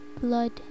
blood